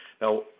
Now